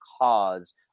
cause